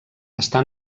està